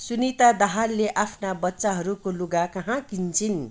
सुनिता दाहालले आफ्ना बच्चाहरूको लुगा कहाँ किन्छिन्